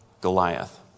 Goliath